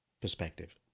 perspective